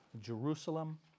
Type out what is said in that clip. Jerusalem